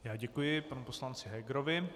Já děkuji panu poslanci Hegerovi.